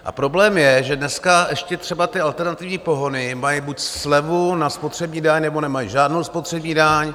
A problém je, že dneska ještě třeba ty alternativní pohony mají buď slevu na spotřební daň, nebo nemají žádnou spotřební daň.